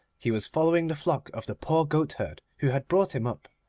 he was following the flock of the poor goatherd who had brought him up,